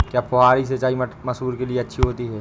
क्या फुहारी सिंचाई मसूर के लिए अच्छी होती है?